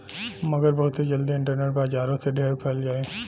मगर बहुते जल्दी इन्टरनेट बजारो से ढेर फैल जाई